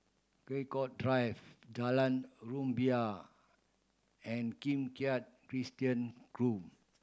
Draycott Drive Jalan Rumbia and Kim Keat Christian Grove